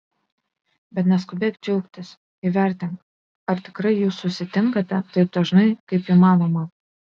bet neskubėk džiaugtis įvertink ar tikrai jūs susitinkate taip dažnai kaip įmanoma